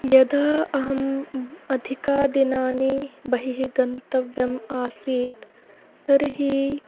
यदा अहम् अधिकदिनानि बहिः गन्तव्यम् आसीत् तर्हि